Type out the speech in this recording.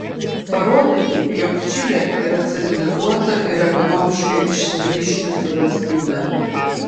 parodyti jog čilė yra civilizuota ir ekonomiškai išsivysčiusi valstybė